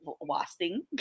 wasting